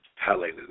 Hallelujah